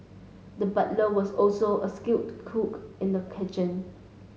the butcher was also a skilled cook in the kitchen